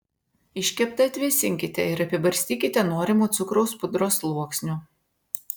iškeptą atvėsinkite ir apibarstykite norimu cukraus pudros sluoksniu